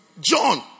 John